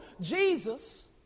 Jesus